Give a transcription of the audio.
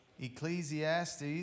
Ecclesiastes